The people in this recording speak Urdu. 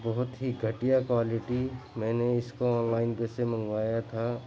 بہت ہی گھٹیا کوالٹی میں نے اِس کو آن لائن پے سے منگوایا تھا